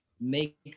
make